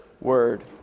Word